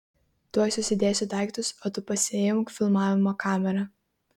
tuoj susidėsiu daiktus o tu pasiimk filmavimo kamerą